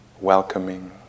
welcoming